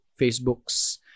Facebook's